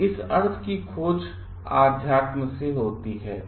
तो इस अर्थ की खोज अध्यात्म से होती है